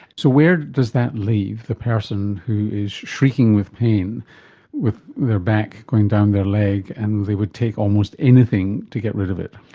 so where does that leave the person who is shrieking with pain with their back going down their leg and they would take almost anything to get rid of it?